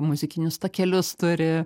muzikinius takelius turi